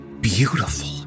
beautiful